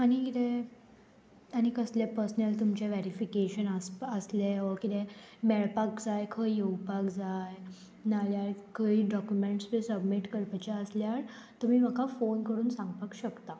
आनी किदें आनी कसलें पर्सनल तुमचें वेरीफिकेशन आसपा आसलें व कितें मेळपाक जाय खंय येवपाक जाय नाल्यार खंय डॉक्युमेंट्स बी सबमीट करपाचे आसल्यार तुमी म्हाका फोन करून सांगपाक शकता